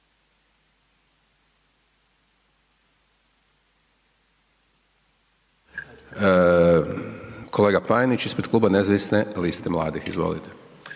Kolega Panenić ispred kluba Nezavisne liste mladih, izvolite.